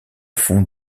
fond